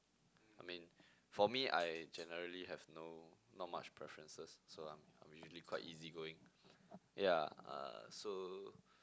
I mean for me I generally have no not much preferences so I'm I'm usually quite easygoing yeah uh so